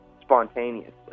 spontaneously